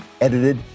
Edited